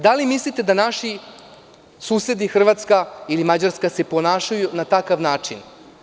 Da li mislite da naši susedi Hrvatska ili Mađarska se ponašaju na takav način.